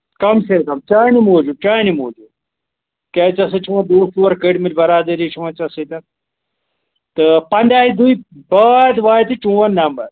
کَم سے کَم چانہِ موٗجٗوٗب چانہِ موٗجوٗب کیٛازِ ژےٚ سۭتۍ چھِ وۅنۍ دۄہ ژور کٔڈمٕتۍ بَرادٔری چھِ وۅنۍ ژٕ سۭتۍ تہٕ پَنٛداہہِ دۅہۍ بعد واتہِ چوٚن نَمبر